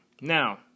Now